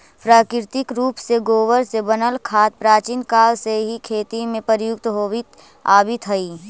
प्राकृतिक रूप से गोबर से बनल खाद प्राचीन काल से ही खेती में प्रयुक्त होवित आवित हई